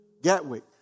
Gatwick